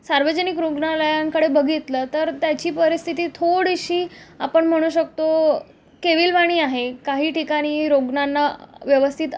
सार्वजनिक रुग्णालयांकडे बघितलं तर त्याची परिस्थिती थोडीशी आपण म्हणू शकतो केविलवाणी आहे काही ठिकाणी रुग्णांना व्यवस्थित